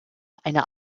einer